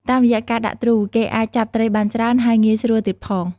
តាមរយៈការដាក់ទ្រូ គេអាចចាប់ត្រីបានច្រើន ហើយងាយស្រួលទៀតផង។